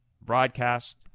broadcast